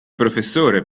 professore